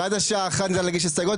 עד השעה 13:00 ניתן להגיש הסתייגויות.